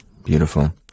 Beautiful